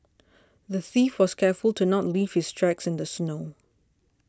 the thief was careful to not leave his tracks in the snow